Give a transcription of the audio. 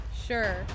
Sure